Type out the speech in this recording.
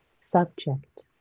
subject